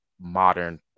modern